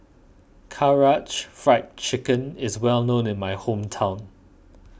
Karaage Fried Chicken is well known in my hometown